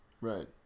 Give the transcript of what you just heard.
Right